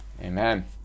amen